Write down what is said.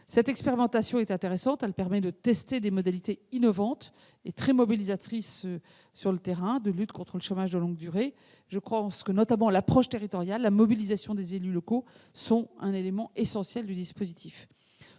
Cette expérimentation est intéressante. Elle permet de tester des modalités innovantes et très mobilisatrices sur le terrain de lutte contre le chômage de longue durée. L'approche territoriale et la mobilisation des élus locaux constituent notamment un élément essentiel du dispositif.